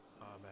Amen